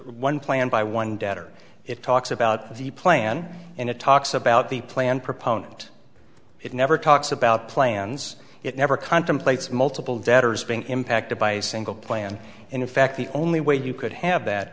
one plan by one debtor it talks about the plan and it talks about the plan proponent it never talks about plans it never contemplates multiple debtors being impacted by a single plan and in fact the only way you could have that